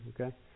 okay